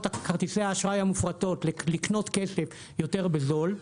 כרטיסי האשראי המופרטות לקנות כסף יותר בזול,